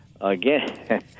again